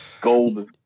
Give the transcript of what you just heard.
golden